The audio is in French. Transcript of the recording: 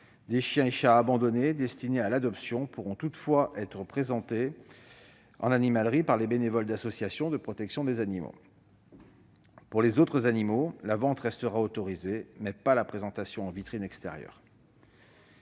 Des chiens et chats abandonnés, destinés à l'adoption, pourront toutefois être présentés en animalerie par les bénévoles d'associations de protection des animaux. Pour les autres animaux, la vente restera autorisée, mais non la présentation en vitrine extérieure.